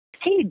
Hey